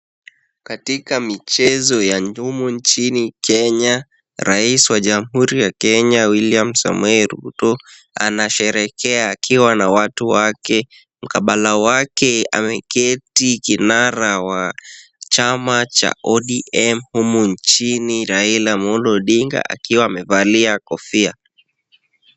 Katika michezo ya humu nchini Kenya, rais wa jamhuri ya kenya William Samoei Ruto, anasherehekea akiwa na watu wake. Mkabala wake ameketi kinara wa chama cha ODM humu nchini, Raila Amolo Odinga akiwa amevalia kofia.